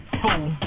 fool